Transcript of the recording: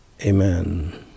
amen